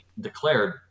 declared